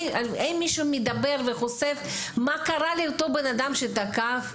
האם מישהו מדבר וחושף מה קרה לאותו אדם שתקף?